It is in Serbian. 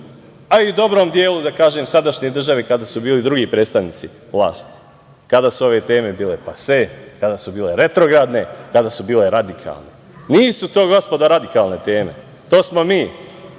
a i dobrom delu, da kažem, sadašnje države kada su bili drugi predstavnici vlasti, kada su ove teme bile pase, kada su retrogradne, tada su bile radikalne. Nisu to, gospodo, radikalne teme. To smo mi,